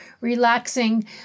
relaxing